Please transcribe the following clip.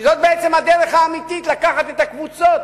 כי זאת בעצם הדרך האמיתית לקחת את הקבוצות